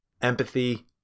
empathy